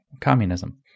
communism